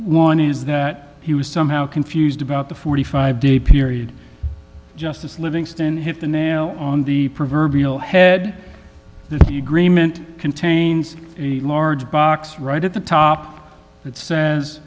is that he was somehow confused about the forty five day period justice livingston hit the nail on the proverbial head the agreement contains a large box right at the top that says